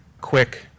quick